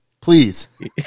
Please